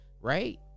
right